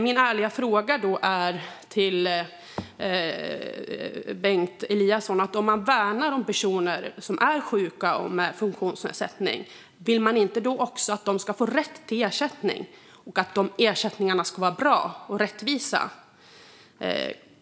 Mina ärliga frågor till Bengt Eliasson är: Om man värnar om personer som är sjuka och personer med funktionsnedsättning, vill man då inte att de ska få rätt till ersättning och att ersättningarna ska vara bra och rättvisa?